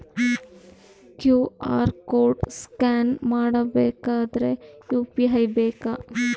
QR code scan ಮಾಡಬೇಕಾದರೆ UPI ಬೇಕಾ?